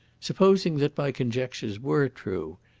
supposing that my conjectures were true,